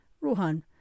Rohan